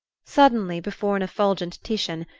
suddenly, before an effulgent titian,